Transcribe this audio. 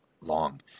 long